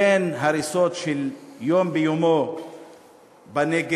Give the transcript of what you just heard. אין הריסות מדי יום ביומו בנגב.